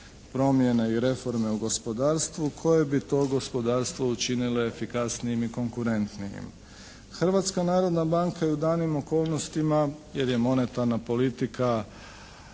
promjene i reforme u gospodarstvu koje bi to gospodarstvo učinile efikasnijim i konkurentnijim. Hrvatska narodna banka je u daljnjim okolnostima jer je monetarna politika